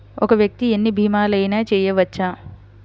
ఒక్క వ్యక్తి ఎన్ని భీమలయినా చేయవచ్చా?